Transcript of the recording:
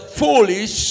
foolish